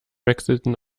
wechselten